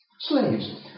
Slaves